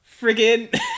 Friggin